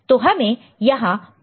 तो हमें यहां पहला 4 नंबर मिला है